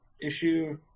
issue